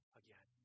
again